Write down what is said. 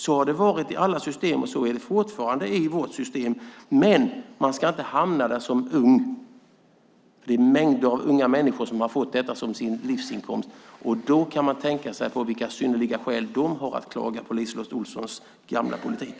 Så har det varit i alla system, och så är det fortfarande i vårt system, men man ska inte hamna där som ung. Det är mängder av unga människor som har fått detta som sin livsinkomst, och då kan man tänka sig vilka skäl de har att klaga på LiseLotte Olssons gamla politik.